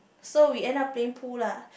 so we end up playing pool lah